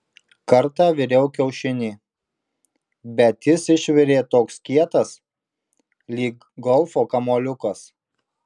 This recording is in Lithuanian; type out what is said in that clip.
kartą viriau kiaušinį bet jis išvirė toks kietas lyg golfo kamuoliukas